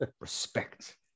Respect